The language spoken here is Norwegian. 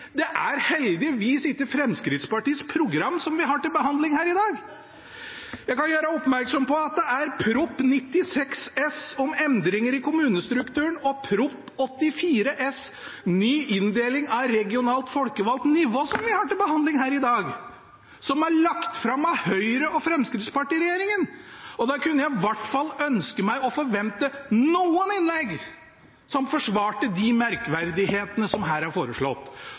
Det er heldigvis ikke Fremskrittspartiets program vi har til behandling her i dag. Jeg kan gjøre oppmerksom på at det er Prop. 96 S for 2016–2017, Endringer i kommunestrukturen, og Prop. 84 S for 2016–2017, Ny inndeling av regionalt folkevalt nivå, som vi har til behandling her i dag, som er lagt fram av Høyre–Fremskrittsparti-regjeringen. Da kunne jeg i hvert fall ønsket meg og forventet noen innlegg som forsvarte de merkverdighetene som her er foreslått.